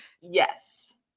Yes